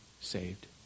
saved